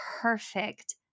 perfect